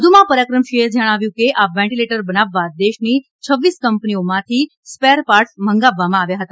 વધુમાં પરાક્રમસિંહે જણાવ્યું કે આ વેન્ટીલેટર બનાવવા દેશની રડ કંપનીઓમાંથી સ્પેર પાર્ટસ મંગાવવામાં આવ્યા હતા